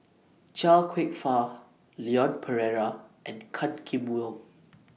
Chia Kwek Fah Leon Perera and Gan Kim Yong